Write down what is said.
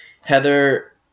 Heather